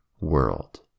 world